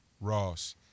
Ross